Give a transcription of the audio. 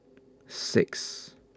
six